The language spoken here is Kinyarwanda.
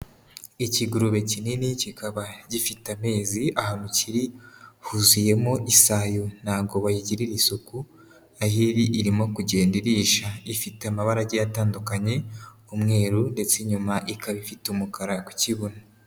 Ikigurube kinini kikaba gifite amezi, ahantu kiri huzuyemo isayo ntabwo bayigirira isuku, aho iri irimo kugenda irisha, ifite amabara agiye atandukanye, umweru ndetse inyuma ikaba ifite umukara ku kibuno.